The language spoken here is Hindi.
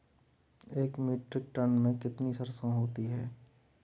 एक मीट्रिक टन में कितनी सरसों होती है?